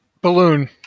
Balloon